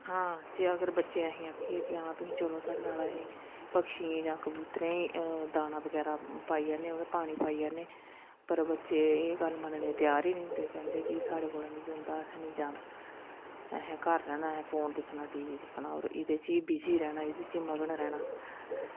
हां अगर बच्चे असेंगी आक्खियै अगर तुस चलो साढ़े नाल पक्षियें गी जांकबूतरें गी दाना बगैरा पाई आचै पानी पाई आनें आं पर बच्चे एह् गल्ल मन्नने गी त्यार गै नी होंदे कैंह्दे कि साढ़े कोला नी जनोंदा असें नी जाना असें घर रैह्नां ऐ असें टी वी दिक्खना और एह्दे च गै बिज़ी रैह्ना एह्दे च गै मगन रैह्ना